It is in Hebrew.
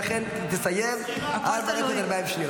ולכן היא תסיים עד --- שניות.